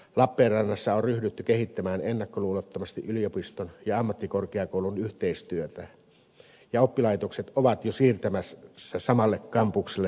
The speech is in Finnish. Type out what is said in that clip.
lappeenrannassa on ryhdytty kehittämään ennakkoluulottomasti yliopiston ja ammattikorkeakoulun yhteistyötä ja oppilaitokset ovat jo siirtymässä samalle kampukselle toistensa kylkeen